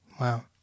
Wow